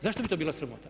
Zašto bi to bila sramota?